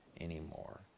anymore